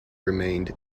remained